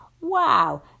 Wow